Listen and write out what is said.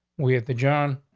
we have the john.